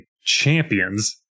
champions